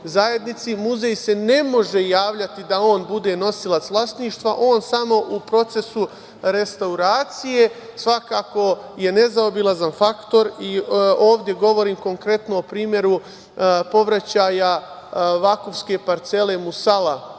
zajednici, muzej se ne može javljati da on bude nosilac vlasništva, on samo u procesu restauracije, svakako je nezaobilazan faktor. Ovde govorim konkretno o primeru povraćaja Vakufske parcele Musala,